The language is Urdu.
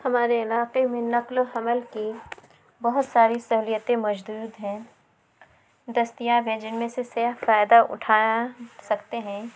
ہمارے علاقے میں نقل و حمل کی بہت ساری سہولیتیں موجود ہیں دستیاب ہیں جن میں سے سے فائدہ اُٹھایا سکتے ہیں